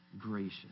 gracious